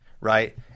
right